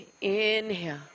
inhale